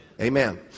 Amen